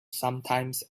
sometimes